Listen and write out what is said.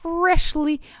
freshly